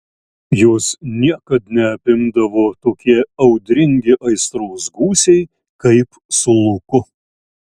jos niekad neapimdavo tokie audringi aistros gūsiai kaip su luku